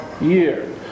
year